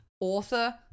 author